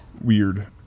weird